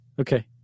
Okay